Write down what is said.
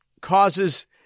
causes